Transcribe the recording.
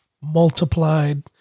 multiplied